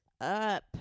up